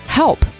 help